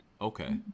okay